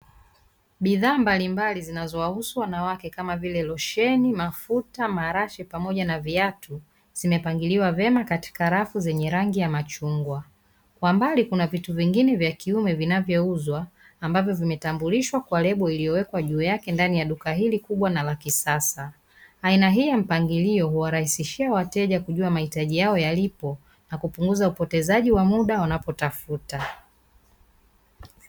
Bidhaa mbalimbali zinazowahusu wanawake, kama vile: losheni, mafuta, marashi pamoja na viatu, zimepangiliwa vema katika rafu zenye rangi ya machungwa. Kwa mbali kuna vitu vingine vya kiume vinavyouzwa; ambavyo vimetambulishwa kwa lebo iliyowekwa juu yake ndani ya duka hili kubwa na la kisasa. Aina hii ya mpangilio huwarahisishia wateja kujua mahitaji yao yalipo na kupunguza upotezaji wa muda wanapotafuta.